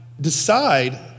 decide